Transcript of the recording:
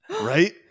Right